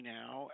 now